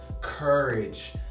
courage